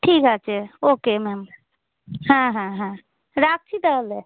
ঠিক আছে okay ma'am হ্যাঁ হ্যাঁ হ্যাঁ রাখছি তাহলে